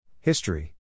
History